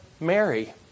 Mary